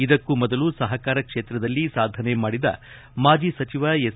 ಇದಕ್ಕೂ ಮೊದಲು ಸಹಕಾರ ಕ್ಷೇತ್ರದಲ್ಲಿ ಸಾಧನೆ ಮಾಡಿದ ಮಾಜಿ ಸಚಿವ ಎಸ್